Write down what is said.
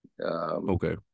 Okay